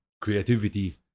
creativity